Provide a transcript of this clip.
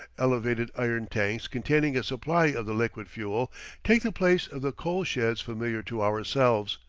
elevated iron tanks containing a supply of the liquid fuel take the place of the coal-sheds familiar to ourselves.